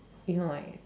you know why